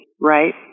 right